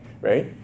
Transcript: right